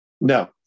no